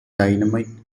dynamite